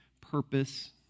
purpose